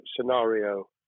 scenario